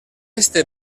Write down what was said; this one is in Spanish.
este